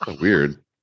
weird